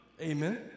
Amen